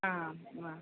ആ അഹ്